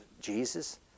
Jesus